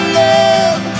love